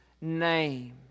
name